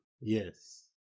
Yes